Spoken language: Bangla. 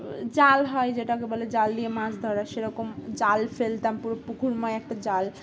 জাল হয় যেটাকে বলে জাল দিয়ে মাছ ধরা সেরকম জাল ফেলতাম পুরো পুকুরময় একটা জাল